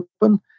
open